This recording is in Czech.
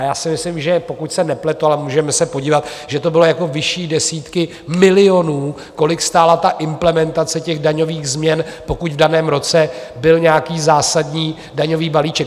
Já si myslím pokud se nepletu, ale můžeme se podívat že to byly vyšší desítky milionů, kolik stála implementace daňových změn, pokud v daném roce byl nějaký zásadní daňový balíček.